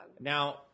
Now